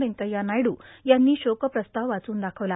वेंकय्या नायडू यांनी शोकप्रस्ताव वाचून दाखवला